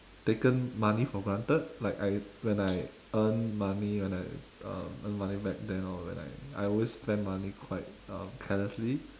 taken money for granted like I when I earn money when I um earn money back then I will be like I always spend money quite um carelessly